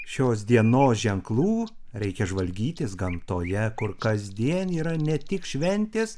šios dienos ženklų reikia žvalgytis gamtoje kur kasdien yra ne tik šventės